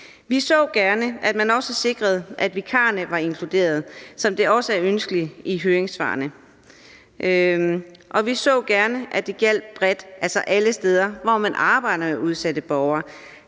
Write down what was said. Vi så gerne, at man også sikrede, at vikarerne var inkluderet, som det også ønskes i høringssvarene. Vi så gerne, at det gjaldt bredt, altså alle steder, hvor man arbejder med udsatte borgere,